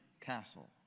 castle